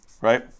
right